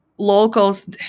Locals